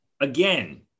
Again